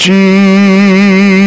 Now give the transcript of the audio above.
Jesus